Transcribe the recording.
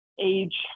age